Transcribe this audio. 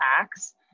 acts